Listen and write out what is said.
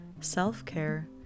self-care